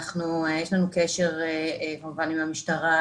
יש לנו קשר כמובן עם המשטרה,